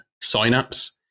Synapse